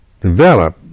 develop